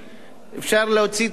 אפשר להוציא את העיתונות